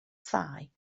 thai